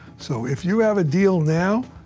so, if you have a deal now,